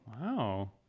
Wow